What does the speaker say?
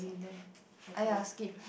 okay